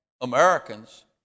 Americans